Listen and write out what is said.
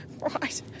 right